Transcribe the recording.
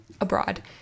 abroad